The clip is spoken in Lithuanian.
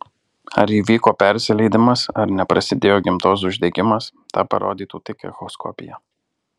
ar įvyko persileidimas ar neprasidėjo gimdos uždegimas tą parodytų tik echoskopija